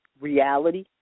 reality